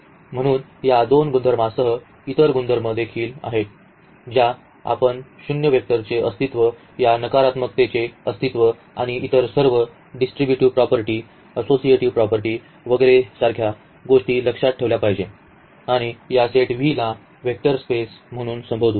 म्हणून या दोन गुणधर्मांसह इतर गुणधर्म देखील आहेत ज्या आपण शून्य वेक्टरचे अस्तित्व या नकारात्मकतेचे अस्तित्व आणि इतर सर्व डिस्ट्रीब्युटिव्ह प्रॉपर्टी असोसिएटिव्हिटी प्रॉपर्टी वगैरे सारख्या गोष्टी लक्षात ठेवल्या पाहिजेत आणि या सेट V साठी आम्ही या सेट V ला वेक्टर स्पेस म्हणून संबोधू